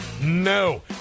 no